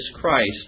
Christ